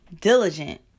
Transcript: diligent